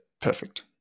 Perfect